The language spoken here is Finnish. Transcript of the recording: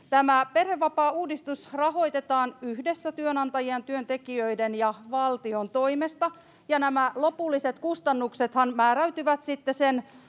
Tämä perhevapaauudistus rahoitetaan yhdessä työnantajien, työntekijöiden ja valtion toimesta, ja lopulliset kustannuksethan määräytyvät sitten sen